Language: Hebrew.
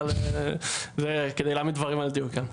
אבל זה כדי להעמיד דברים על דיוקם.